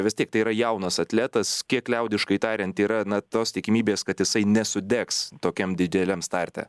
vis tiek tai yra jaunas atletas kiek liaudiškai tariant yra na tos tikimybės kad jisai nesudegs tokiam dideliam starte